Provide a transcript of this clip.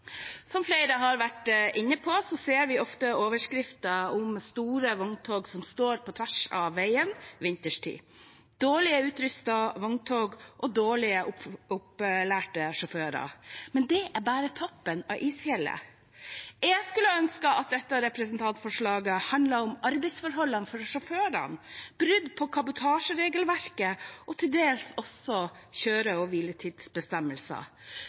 Som flere har vært inne på, ser vi ofte overskrifter om store vogntog som står på tvers av veien vinterstid – dårlig utrustede vogntog og dårlig opplærte sjåfører. Men det er bare toppen av isfjellet. Jeg skulle ønske at dette representantforslaget hadde handlet om arbeidsforholdene for sjåførene, brudd på kabotasjeregelverket og til dels også kjøre- og hviletidsbestemmelser.